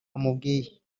amubwiye